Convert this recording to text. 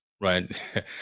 right